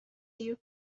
you